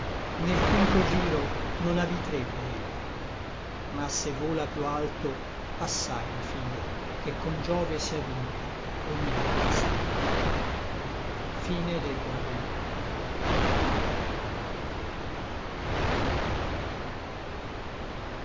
nel quinto giro non habitrebbe ella ma se vola piú alto assai mi fido che con giove sia vinta ogni altra stella